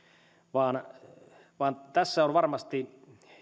vaan vaan tässä varmasti